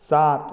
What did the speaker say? सात